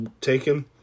taken